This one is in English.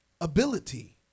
ability